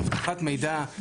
אבטחת מידע,